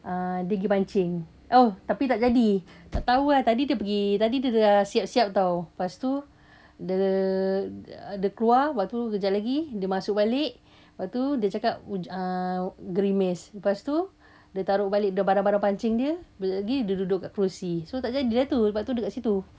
uh dia pergi memancing oh tapi tak jadi tak tahu ah tadi dia pergi tadi dia dah siap-siap [tau] lepas tu dia dia keluar lepas tu kejap lagi dia masuk balik lepas tu dia cakap huj~ uh gerimis lepas tu dia taruh balik the barang-barang pancing dia lepas tu kejap lagi dia duduk kat kerusi so tak jadi lah tu sebab tu dia kat situ